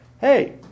hey